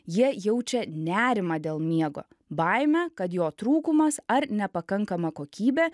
jie jaučia nerimą dėl miego baimę kad jo trūkumas ar nepakankama kokybė